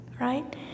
right